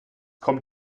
kommt